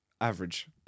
Average